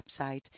website